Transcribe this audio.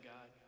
God